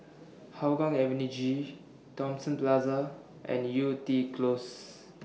Hougang Avenue G Thomson Plaza and Yew Tee Close